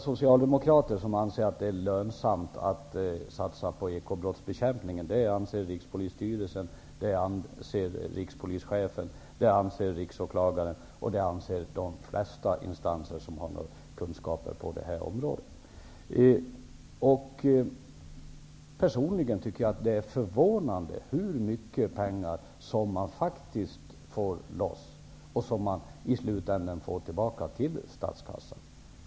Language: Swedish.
Herr talman! Inte bara vi socialdemokrater anser det lönsamt att satsa på ekobrottsbekämpningen. Det anser även Rikspolisstyrelsen, Rikspolischefen och Riksåklagaren. Det anser de flesta instanser som har några kunskaper på detta område. Personligen tycker jag att det är förvånande hur mycket pengar som man faktiskt får loss och som man i slutänden får tillbaka till statskassan.